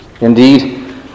Indeed